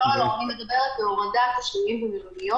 אני מדברת על הורדת השוהים במלוניות.